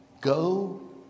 Go